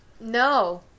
no